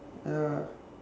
ya